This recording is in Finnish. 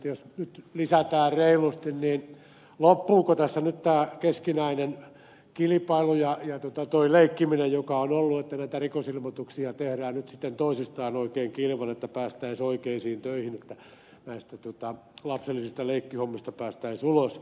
jos nyt lisätään reilusti niin loppuuko tässä nyt tämä keskinäinen kilpailu ja tuo leikkiminen joka on ollut että näitä rikosilmoituksia tehdään nyt sitten toisistaan oikein kilvan että päästäisiin oikeisiin töihin että näistä lapsellisista leikkihommista päästäisiin ulos